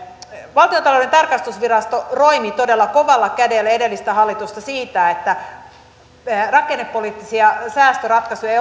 valtiontalouden tarkastusvirasto roimi todella kovalla kädellä edellistä hallitusta siitä että rakennepoliittisten säästöratkaisujen